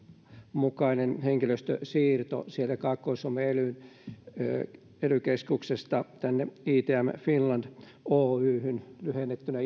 mukainen henkilöstösiirto sieltä kaakkois suomen ely ely keskuksesta tänne itm finland oyhyn lyhennettynä